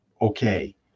okay